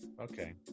okay